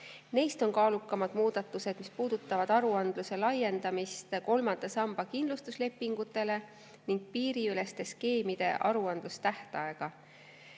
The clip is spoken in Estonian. Neist on kaalukamad muudatused, mis puudutavad aruandluse laiendamist kolmanda samba kindlustuslepingutele ning piiriüleste skeemide aruandlustähtaega.